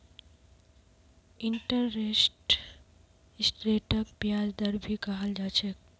interest रेटक ब्याज दर भी कहाल जा छे